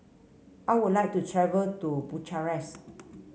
I would like to travel to Bucharest